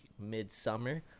mid-summer